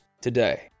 today